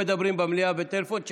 לא מדברים במליאה בטלפון.